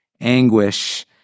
anguish